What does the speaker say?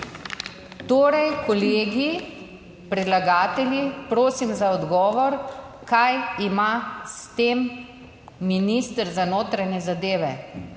Torej, kolegi predlagatelji, prosim za odgovor, kaj ima s tem minister za notranje zadeve